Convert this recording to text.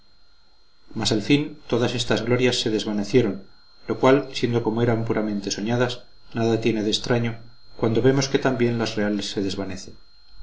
mas al fin todas estas glorias se desvanecieron lo cual siendo como eran puramente soñadas nada tiene de extraño cuando vemos que también las reales se desvanecen